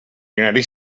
united